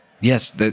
Yes